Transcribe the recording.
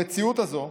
המציאות הזאת,